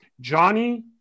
Johnny